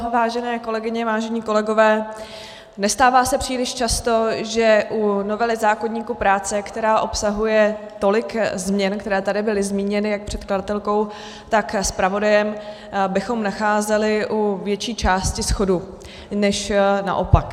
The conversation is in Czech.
Vážené kolegyně, vážení kolegové, nestává se příliš často, že u novely zákoníku práce, která obsahuje tolik změn, které tady byly zmíněny jak předkladatelkou, tak zpravodajem, bychom nacházeli u větší části shodu než naopak.